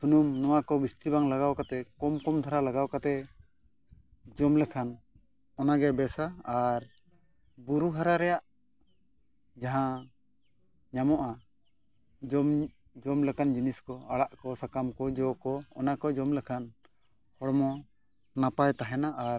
ᱥᱩᱱᱩᱢ ᱚᱱᱟ ᱠᱚ ᱡᱟᱹᱥᱛᱤ ᱵᱟᱝ ᱞᱟᱜᱟᱣ ᱠᱚᱢ ᱠᱚᱢ ᱫᱷᱟᱨᱟᱣ ᱞᱟᱜᱟᱣ ᱠᱟᱛᱮᱫ ᱡᱚᱢ ᱞᱮᱠᱷᱟᱱ ᱚᱱᱟ ᱜᱮ ᱵᱮᱥᱟ ᱵᱩᱨᱩ ᱦᱟᱨᱟ ᱨᱮᱭᱟᱜ ᱡᱟᱦᱟᱸ ᱧᱟᱢᱚᱜᱼᱟ ᱡᱚᱢ ᱡᱚᱢ ᱞᱮᱠᱟᱱ ᱡᱤᱱᱤᱥ ᱠᱚ ᱟᱲᱟᱜ ᱠᱚ ᱥᱟᱠᱟᱢ ᱠᱚ ᱚᱱᱟ ᱠᱚ ᱡᱚᱢ ᱞᱮᱠᱷᱟᱱ ᱦᱚᱲᱢᱚ ᱱᱟᱯᱟᱭ ᱛᱟᱦᱮᱱᱟ ᱟᱨ